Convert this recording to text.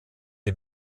die